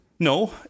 No